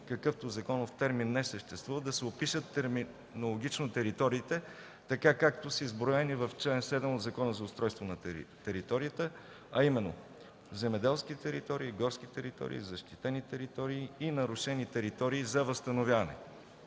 какъвто законов термин не съществува, да се опишат терминологично териториите, така както са изброени в чл. 7 от Закона за устройство на територията, а именно „земеделски територии, горски територии, защитени територии и нарушени територии за възстановяване”.